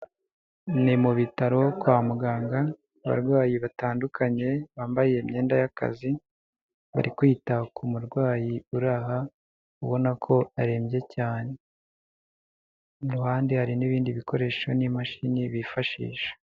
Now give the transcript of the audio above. Ni mu bitaro kwa muganga abarwayi batandukanye bambaye imyenda y'akazi, bari kwita ku murwayi uri aha, ubona ko arembye cyane. Ku ruhande hari n'ibindi bikoresho, n'imashini bifashisha.